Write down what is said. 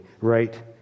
right